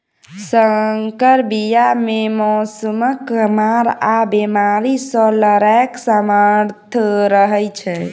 सँकर बीया मे मौसमक मार आ बेमारी सँ लड़ैक सामर्थ रहै छै